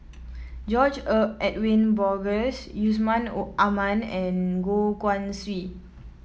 George Edwin Bogaars Yusman Aman and Goh Guan Siew